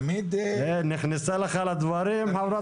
חברת הכנסת סטרוק נכנסה לך לדברים.